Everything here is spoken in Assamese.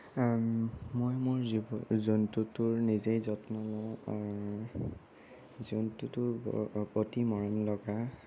মই মোৰ জন্তুটোৰ নিজেই যত্ন লওঁ আৰু জন্তুটোৰ অ অতি মৰম লগা